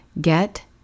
Get